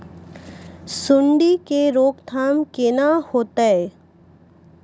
सुंडी के रोकथाम केना होतै?